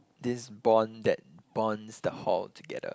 this bond that bonds the hall together